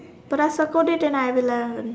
but I circled it and I have eleven